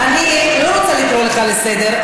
אני לא רוצה לקרוא אותך לסדר,